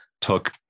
took